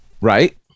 right